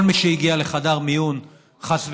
כל מי שהגיע, חס וחלילה,